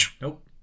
Nope